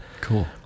Cool